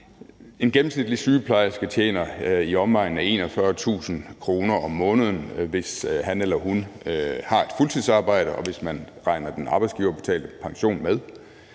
gennemsnitligt i omegnen af 41.000 kr. om måneden, hvis han eller hun har et fuldtidsarbejde, og hvis man regner den arbejdsgiverbetalte pension med.